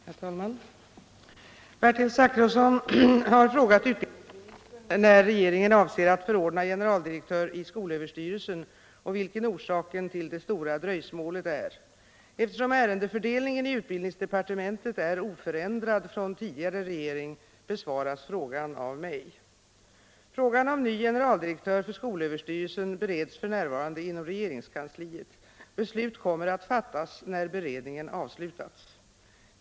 Herr talman! Bertil Zachrisson har frågat utbildningsministern när regeringen avser att förordna generaldirektör i skolöverstyrelsen och vilken orsaken till det stora dröjsmålet är. Eftersom ärendefördelningen i utbildningsdepartementet är oförändrad från tidigare regering besvaras frågan av mig. Frågan om ny generaldirektör för skolöverstyrelsen bereds f.n. inom regeringskansliet. Beslut kommer att fattas när beredningen avslutats.